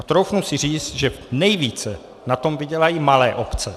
A troufnu si říct, že nejvíce na tom vydělají malé obce.